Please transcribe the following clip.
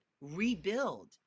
rebuild